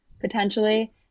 potentially